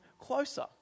closer